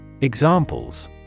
Examples